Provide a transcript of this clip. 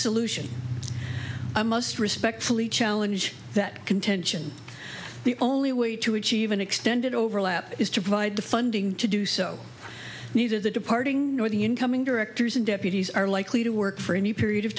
solution a must respectfully challenge that contention the only way to achieve an extended overlap is to provide the funding to do so neither the departing nor the incoming directors and deputies are likely to work for any period of